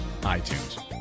iTunes